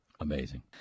amazing